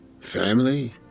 Family